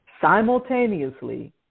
simultaneously